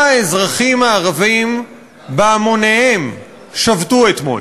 האזרחים הערבים בהמוניהם שבתו אתמול: